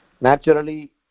naturally